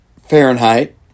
Fahrenheit